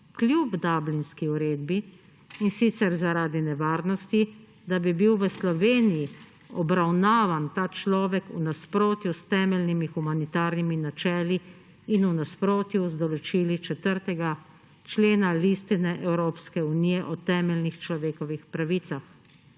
kljub Dublinski uredbi, in sicer zaradi nevarnosti, da bi bil v Sloveniji obravnavan ta človek v nasprotju s temeljnimi humanitarnimi načeli in v nasprotju z določili 4. člena Listine Evropske unije o temeljnih človekovih pravicah.